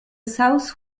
south